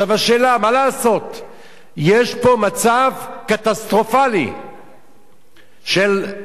יש פה מצב קטסטרופלי של מאות ואלפים סודנים שנכנסים,